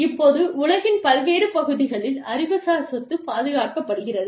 இப்போது உலகின் பல்வேறு பகுதிகளில் அறிவுசார் சொத்து பாதுகாக்கப்படுகிறது